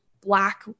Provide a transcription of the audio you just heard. Black